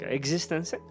existence